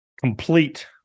complete